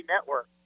Network